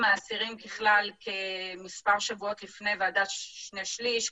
האסירים כלל כמספר שבועות לפני ועדת שני שליש,